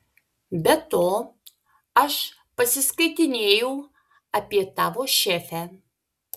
be to aš pasiskaitinėjau apie tavo šefę